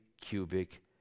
cubic